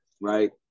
right